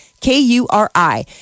K-U-R-I